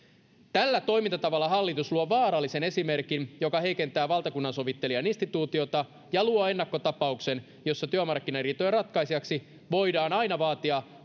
tällä toimintatavalla hallitus luo vaarallisen esimerkin joka heikentää valtakunnansovittelijan instituutiota ja luo ennakkotapauksen jossa työmarkkinariitojen ratkaisijaksi voidaan vaatia